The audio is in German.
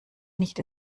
nicht